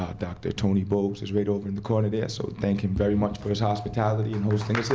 um dr. tony but he's right over in the corner there. so thank him very much for his hospitality and hosting